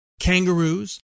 kangaroos